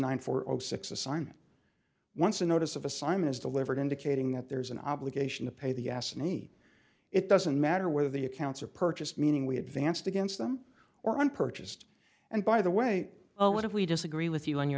nine four zero six assignment once a notice of a sign is delivered indicating that there is an obligation to pay the asked me it doesn't matter whether the accounts are purchased meaning we advanced against them or on purchased and by the way oh if we disagree with you on your